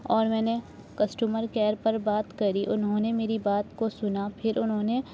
اور میں نے کسٹمر کیئر پر بات کری انہوں نے میری بات کو سنا پھر انہوں نے